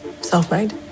self-made